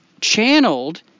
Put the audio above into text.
channeled